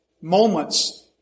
moments